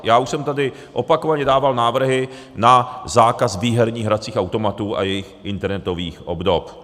Já už jsem tady opakovaně dával návrhy na zákaz výherních hracích automatů a jejich internetových obdob.